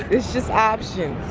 it's just options.